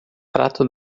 prato